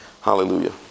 Hallelujah